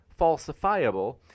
falsifiable